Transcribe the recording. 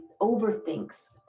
overthinks